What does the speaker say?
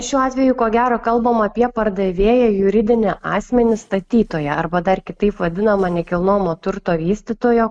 šiuo atveju ko gero kalbam apie pardavėją juridinį asmenį statytoją arba dar kitaip vadinamą nekilnojamo turto vystytojo